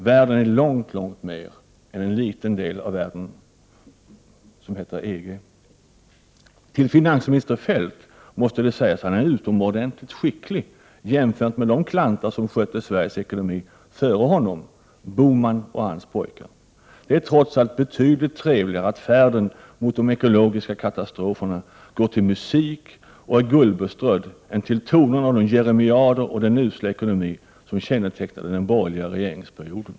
Världen är långt mer än EG. Till finansminister Feldt måste det sägas att han är utomordentligt skicklig jämfört med de klantar som skötte svensk ekonomi före honom — Bohman och hans pojkar. Det är trots allt betydligt trevligare att färden mot ekologiska katastrofer går till musik och är guldbeströdd än att den går till tonerna av de jeremiader och den usla ekonomi som kännetecknade den borgerliga regeringsperioden.